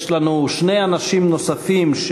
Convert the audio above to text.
יש לנו שני אנשים נוספים: